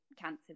cancer